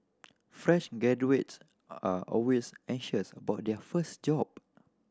fresh graduates are always anxious about their first job